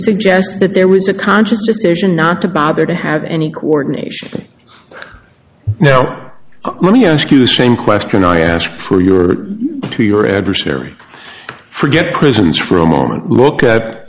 suggests that there was a conscious decision not to bother to have any coordination now let me ask you the same question i ask for your to your adversary forget prisons for a moment look at